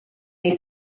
neu